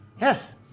yes